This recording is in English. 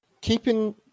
keeping